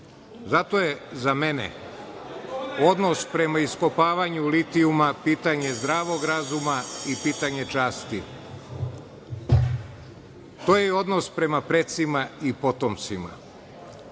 Zato je za mene odnos prema iskopavanju litijuma pitanje zdravog razuma i pitanje časti. To je odnos prema precima i potomcima.